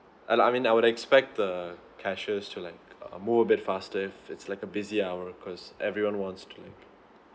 and I mean I would expect the cashiers to like uh move a bit faster it's like a busy hour because everyone wants to leave